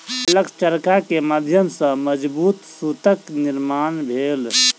जलक चरखा के माध्यम सॅ मजबूत सूतक निर्माण भेल